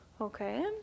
Okay